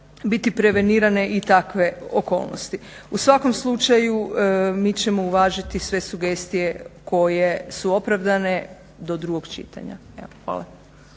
biti prevenirane i takve okolnosti. U svakom slučaju mi ćemo uvažiti sve sugestije koje su opravdane do drugog čitanja. Evo,